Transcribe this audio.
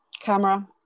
Camera